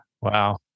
Wow